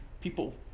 people